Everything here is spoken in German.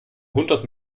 hundert